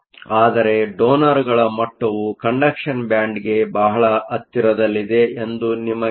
ಆದರೆ ಡೋನರ್ಗಳ ಮಟ್ಟವು ಕಂಡಕ್ಷನ್ ಬ್ಯಾಂಡ್ಗೆ ಬಹಳ ಹತ್ತಿರದಲ್ಲಿದೆ ಎಂದು ಇದು ನಿಮಗೆ ತೋರಿಸುತ್ತದೆ